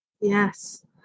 Yes